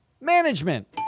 management